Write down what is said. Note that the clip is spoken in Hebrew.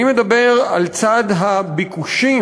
אני מדבר על צד הביקושים,